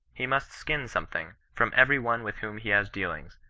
he must skin something from every one with whom he has dealings,